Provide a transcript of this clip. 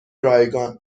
رایگان